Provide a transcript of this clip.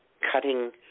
cutting